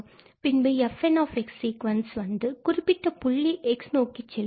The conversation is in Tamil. பின்பு fn சீக்குவன்ஸ் வந்து குறிப்பிட்ட புள்ளி x நோக்கிச்செல்லும்